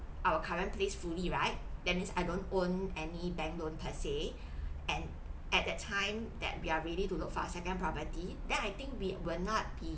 our current place fully right that means I don't own any bank loan per se and at that time that we are ready to look for our second property then I think we will not be